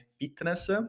Fitness